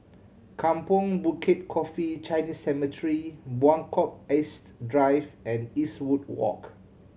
Kampong Bukit Coffee Chinese Cemetery Buangkok East Drive and Eastwood Walk